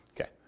Okay